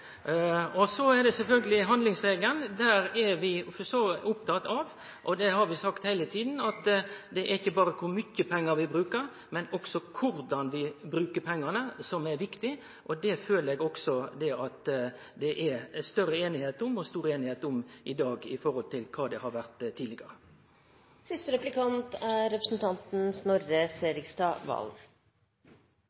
der. Så til handlingsregelen – det er vi for så vidt opptatt av. Vi har heile tida sagt at det er ikkje berre viktig kor mykje pengar vi bruker, men også korleis vi bruker pengane er viktig. Det føler eg det er større einigheit om i dag samanlikna med tidlegare. Jeg skal være ærlig å si: Jeg som er fra SV, har